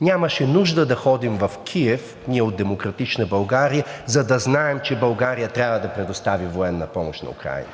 Нямаше нужда ние от „Демократична България“ да ходим до Киев, за да знаем, че България трябва да предостави военна помощ на Украйна,